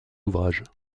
ouvrages